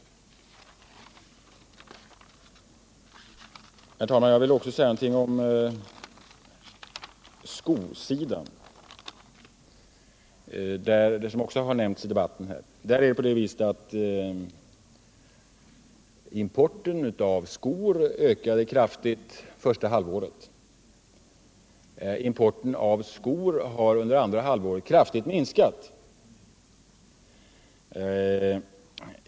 Herr talman! Jag vill också säga något om skosidan, som också har berörts här i debatten. Importen av skor ökade kraftigt under första halvåret 1977. Importen av skor har under andra halvåret kraftigt minskat.